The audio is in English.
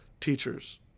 teachers